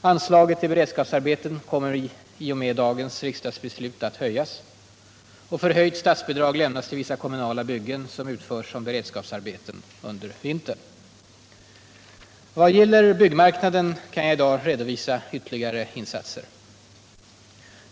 Anslaget till beredskapsarbeten kommer i och med dagens riksdagsbeslut att höjas. Förhöjt statsbidrag lämnas till vissa kommunala byggen, som utförs som beredskapsarbeten under vintern. Vad gäller byggmarknaden kan jag redovisa ytterligare insatser.